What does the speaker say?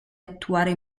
attuare